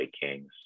Kings